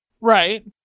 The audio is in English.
Right